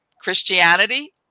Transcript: Christianity